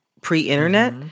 pre-internet